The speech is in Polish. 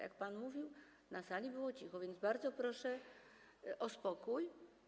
Kiedy pan mówił, na sali było cicho, więc bardzo proszę pana o spokój.